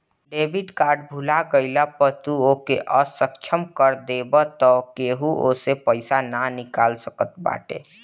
debit card भूला गईला पअ तू ओके असक्षम कर देबाअ तअ केहू ओसे पईसा ना निकाल सकत बाटे